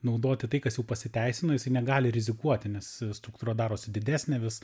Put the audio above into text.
naudoti tai kas jau pasiteisino jisai negali rizikuoti nes struktūra darosi didesnė vis